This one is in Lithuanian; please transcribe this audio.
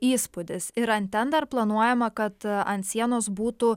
įspūdis ir ant ten dar planuojama kad ant sienos būtų